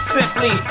Simply